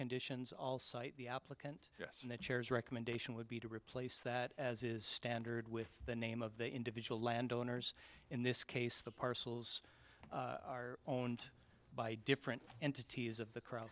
conditions all cite the applicant yes and the chairs recommendation would be to replace that as is standard with the name of the individual landowners in this case the parcels are owned by different entities of the crowd